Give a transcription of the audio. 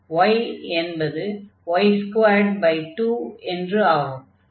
y என்பது y22 என்று ஆகும்